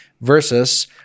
versus